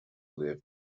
live